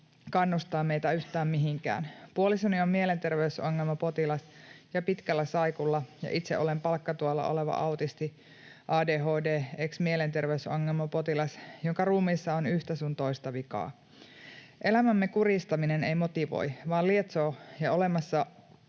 ”kannustaa” meitä yhtään mitenkään. Puolisoni on mielenterveysongelmapotilas ja pitkällä saikulla, ja itse olen palkkatuella oleva autisti-, ADHD-, ex-mielenterveysongelmapotilas, jonka ruumiissa on yhtä sun toista vikaa. Elämämme kurjistaminen ei motivoi, vaan lietsoo jo olemassa